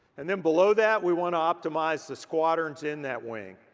and then below that we wanna optimize the squadrons in that wing.